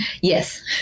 Yes